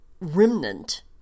remnant